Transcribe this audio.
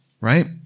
right